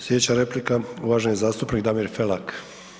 Slijedeća replika uvaženi zastupnik Damir Felak.